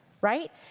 right